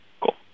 Cool